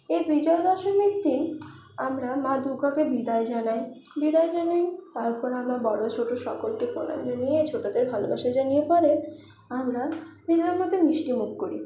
এই বিজয়া দশমীর দিন আমরা মা দুগ্গাকে বিদায় জানাই বিদায় জানাই তারপরে আমরা বড় ছোট সকলকে প্রণাম জানিয়ে ছোটোদের ভালোবাসা জানিয়ে পরে আমরা নিজেদের মধ্যে মিষ্টিমুখ করি